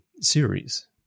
series